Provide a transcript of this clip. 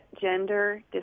gender